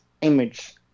image